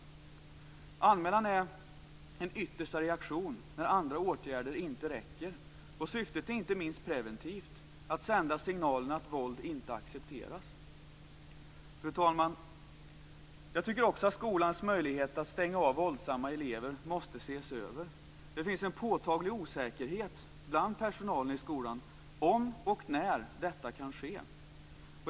En anmälan är en yttersta reaktion när andra åtgärder inte räcker, och syftet är inte minst preventivt, att sända signalen att våld inte accepteras. Fru talman! Jag tycker också att skolans möjligheter att stänga av våldsamma elever måste ses över. Det finns en påtaglig osäkerhet bland personalen i skolan om och när detta kan ske.